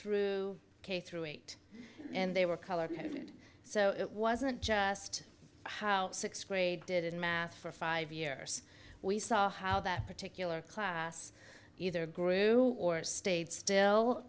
through k through eight and they were colored so it wasn't just how sixth grade did in math for five years we saw how that particular class either grew or stayed still